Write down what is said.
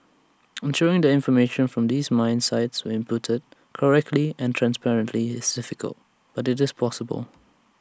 ensuring that information from these mine sites were inputted correctly and transparently is difficult but IT is possible